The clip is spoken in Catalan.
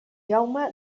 jaume